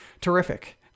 terrific